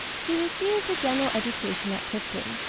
he received a general education at clifton,